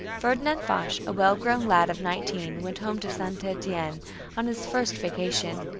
ferdinand foch, a well-grown lad of nineteen, went home to st. etienne on his first vacation.